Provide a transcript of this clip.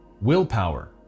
willpower